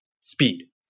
speed